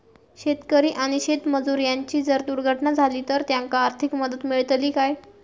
शेतकरी आणि शेतमजूर यांची जर दुर्घटना झाली तर त्यांका आर्थिक मदत मिळतली काय?